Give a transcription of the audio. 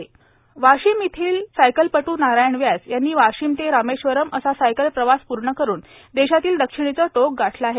सायकलपटू नारायण व्यास वाशीम येथील सायकलपट् नारायण व्यास यांनी वाशीम ते रामेश्वरम असा सायकल प्रवास पूर्ण करून देशातील दक्षिणेचे टोक गाठले आहे